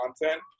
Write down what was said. content